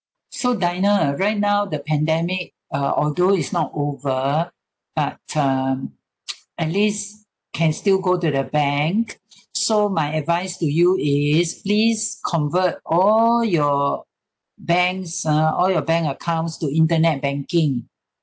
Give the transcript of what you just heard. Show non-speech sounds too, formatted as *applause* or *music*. so diana right now the pandemic uh although it's not over but um *noise* at least can still go to the bank so my advice to you is please convert all your banks ah all your bank accounts to internet banking